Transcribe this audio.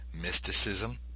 mysticism